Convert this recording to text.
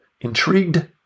Intrigued